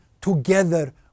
together